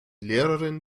lehrerin